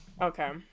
Okay